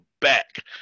back